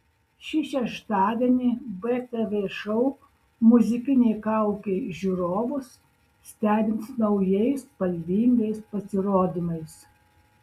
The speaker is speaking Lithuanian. šį šeštadienį btv šou muzikinė kaukė žiūrovus stebins naujais spalvingais pasirodymais